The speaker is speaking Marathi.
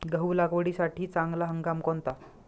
गहू लागवडीसाठी चांगला हंगाम कोणता?